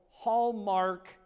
Hallmark